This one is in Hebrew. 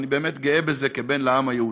אני באמת גאה בזה כבן לעם היהודי.